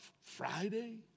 Friday